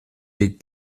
wir